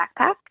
backpack